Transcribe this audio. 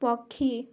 ପକ୍ଷୀ